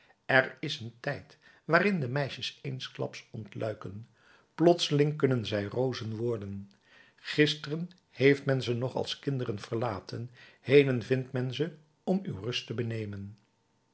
er is een tijd waarin de meisjes eensklaps ontluiken plotseling kunnen zij rozen worden gisteren heeft men ze nog als kinderen verlaten heden vindt men ze om uw rust te benemen